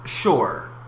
Sure